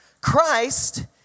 Christ